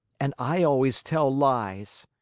and i always tell lies.